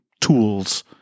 tools